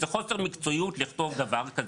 זה חוסר מקצועיות לכתוב דבר כזה.